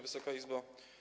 Wysoka Izbo!